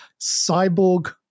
cyborg